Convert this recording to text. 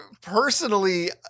personally